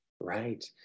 Right